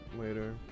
later